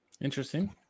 Interesting